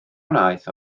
wnaeth